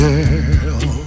Girl